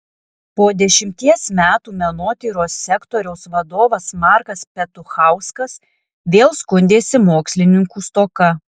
po dešimties metų menotyros sektoriaus vadovas markas petuchauskas vėl skundėsi mokslininkų stoka